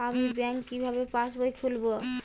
আমি ব্যাঙ্ক কিভাবে পাশবই খুলব?